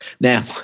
Now